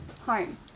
Home